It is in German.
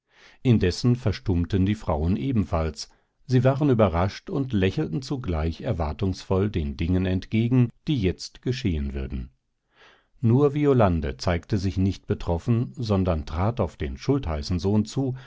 indessen verstummten die frauen ebenfalls sie waren überrascht und lächelten zugleich erwartungsvoll den dingen entgegen die jetzt geschehen würden nur violande zeigte sich nicht betroffen sondern trat auf den schultheißensohn zu